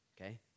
okay